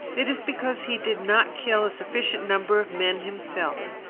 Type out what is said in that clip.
it is because he did not kill a sufficient number of men himself.